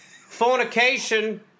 Fornication